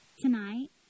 Tonight